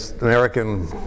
American